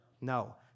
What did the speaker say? No